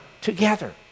together